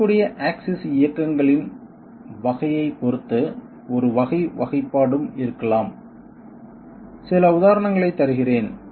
கிடைக்கக்கூடிய ஆக்சிஸ் இயக்கங்களின் வகையைப் பொறுத்து ஒரு வகை வகைப்பாடும் இருக்கலாம் சில உதாரணங்களைத் தருகிறேன்